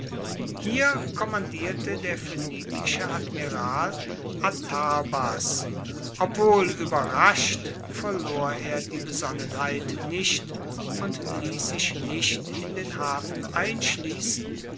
hier kommandierte der phoenikische admiral atarbas obwohl ueberrascht verlor er die besonnenheit nicht und liess sich nicht in den hafen einschliessen